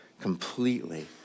completely